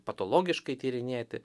patologiškai tyrinėti